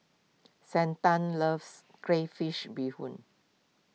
Santa loves Crayfish BeeHoon